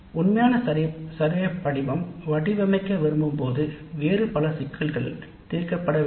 உண்மையான கணக்கெடுப்பு படிவம் வடிவமைக்க விரும்பும்போது வேறு பல சிக்கல்கள் தீர்க்கப்பட வேண்டும்